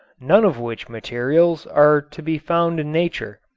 none of which materials are to be found in nature.